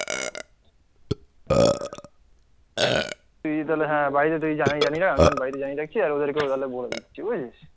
তুই তাহলে হ্যাঁ বাড়িতে তুই জানিয়ে রাখ আমিও বাড়িতে জানিয়ে রাখছি আর ওদেরকেও তাহলে বলে দিচ্ছি বুঝেছিস